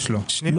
הוא יקרא,